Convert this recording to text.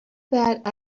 bad